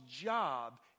job